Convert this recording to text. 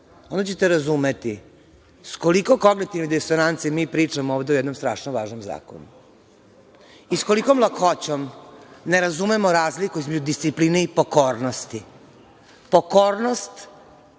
onda ćete razumeti s koliko kognitivnih disonanci mi pričamo ovde o jednom strašno važnom zakonu i s kolikom lakoćom ne razumemo razliku između discipline i pokornosti. Pokornost